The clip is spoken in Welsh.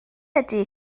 ydy